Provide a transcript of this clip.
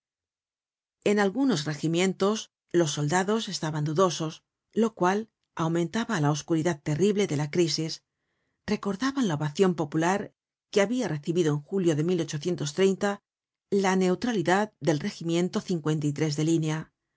en algunos regimientos los soldados estaban dudosos lo cual aumentaba la oscuridad terrible de la crisis recordaban la ovacion popular que habia recibido en julio de la neutralidad del regimien to de línea